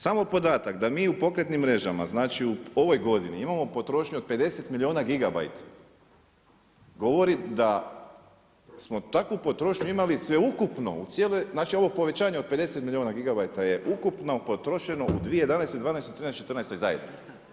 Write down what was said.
Samo podatak, da mi u pokretnim mrežama u ovoj godini imamo potrošnju od 50 milijuna gigabajta, govori da smo takvu potrošnju imali sveukupno znači ovo povećanje od 50 milijuna gigabajta je ukupno potrošeno u 2011., '12., '13. i '14. zajedno.